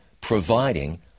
providing